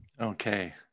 Okay